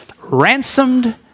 ransomed